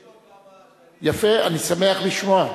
יש עוד כמה שאני, יפה, אני שמח לשמוע.